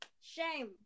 shame